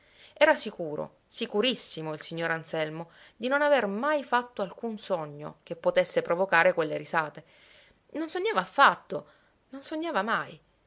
era sicuro sicurissimo il signor anselmo di non aver mai fatto alcun sogno che potesse provocare quelle risate non sognava affatto non sognava mai